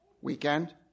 Weekend